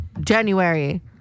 January